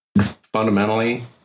fundamentally